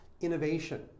innovation